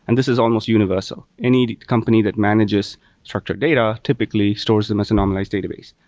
and this is almost universal. any company that manages structured data typically stores them as a normalized database.